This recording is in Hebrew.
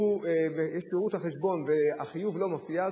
יש פירוט החשבון והחיוב לא מופיע,